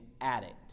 addict